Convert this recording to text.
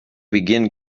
begin